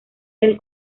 del